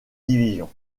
division